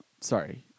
sorry